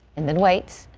and then waits